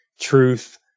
truth